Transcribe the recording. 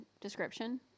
description